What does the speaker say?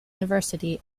university